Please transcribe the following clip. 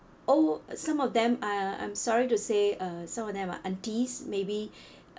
oh some of them uh I'm sorry to say uh some of them are aunties maybe